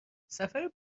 سفر